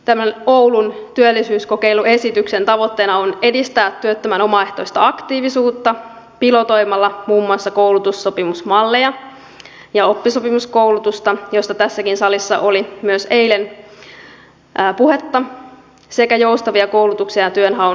tämän oulun työllisyyskokeiluesityksen tavoitteena on edistää työttömän omaehtoista aktiivisuutta pilotoimalla muun muassa koulutussopimusmalleja ja oppisopimuskoulutusta josta tässäkin salissa oli myös eilen puhetta sekä joustavia koulutuksen ja työnhaun yhteensovittamisen malleja